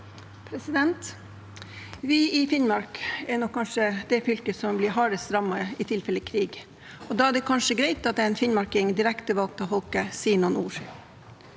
(PF) Finnmark er nok kan- skje det fylket som blir hardest rammet i tilfelle krig. Da er det kanskje greit at en finnmarking, direkte valgt av folket, sier noen ord.